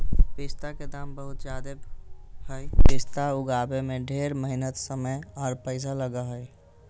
पिस्ता के दाम बहुत ज़्यादे हई पिस्ता उगाबे में ढेर मेहनत समय आर पैसा लगा हई